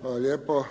Hvala lijepo.